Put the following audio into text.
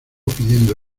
pidiendo